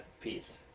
peace